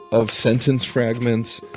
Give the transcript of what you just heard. of sentence fragments,